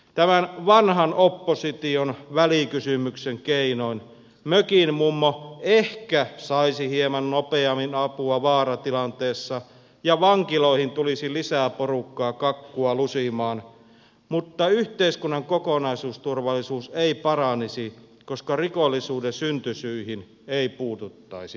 tämän vanhan opposition välikysymyksen keinoin mökin mummo ehkä saisi hieman nopeammin apua vaaratilanteessa ja vankiloihin tulisi lisää porukkaa kakkua lusimaan mutta yhteiskunnan kokonaisturvallisuus ei paranisi koska rikollisuuden syntysyihin ei puututtaisi mitenkään